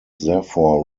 therefore